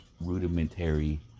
rudimentary